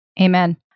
Amen